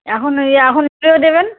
এখন এ এখন স্প্রে দেবেন